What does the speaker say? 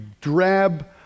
drab